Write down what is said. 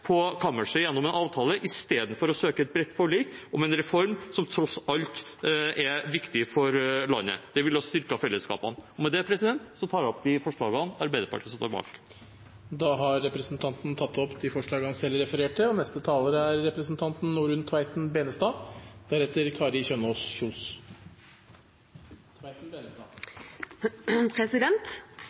på kammerset gjennom en avtale, istedenfor å søke et bredt forlik om en reform som tross alt er viktig for landet. Det ville ha styrket fellesskapene. Med det tar jeg opp det forslaget Arbeiderpartiet står bak, og de forslagene Arbeiderpartiet har sammen med Senterpartiet. Representanten Eirik Sivertsen har tatt opp de forslagene han refererte til. Saken vi behandler nå, er en del av den største strukturelle oppgave- og